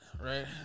right